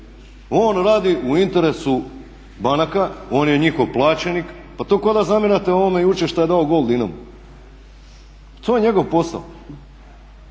On radi u interesu banaka, on je njihov plaćenik. Pa to ko da zamjerate onome jučer što je dao gol Dinamu. Pa to je njegov posao.